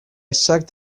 sucked